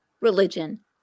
religion